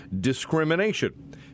discrimination